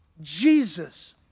Jesus